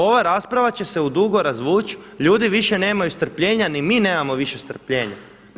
Ova rasprava će se u dugo razvuć, ljudi više nemaju strpljenja, ni mi nemamo više strpljenja.